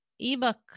ebook